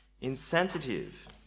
insensitive